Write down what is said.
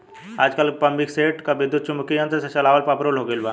आजकल पम्पींगसेट के विद्युत्चुम्बकत्व यंत्र से चलावल पॉपुलर हो गईल बा